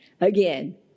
again